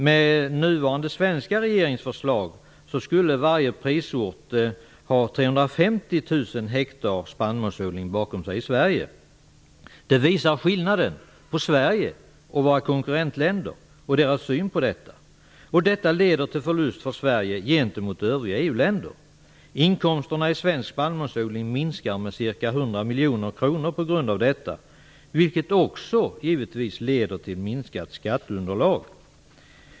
Med nuvarande svenska regeringsförslag skulle varje prisort i Sverige ha 350 000 ha spannmålsodling. Denna jämförelse visar på skillnaden för Sverige och våra konkurrentländer och på synen på detta. Detta leder till förlust för Sverige gentemot övriga EU-länder. Inkomsterna i svensk spannmålsodling minskar på grund av detta med ca 100 miljoner kronor, vilket också givetvis leder till minskat skatteunderlag.